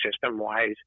system-wise